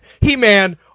He-Man